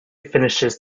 finishes